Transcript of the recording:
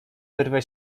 wyrwę